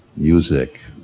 music,